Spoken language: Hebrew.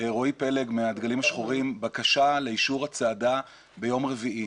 רועי פלג מהדגלים השחורים בקשה לאישור הצעדה ביום רביעי.